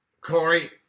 Corey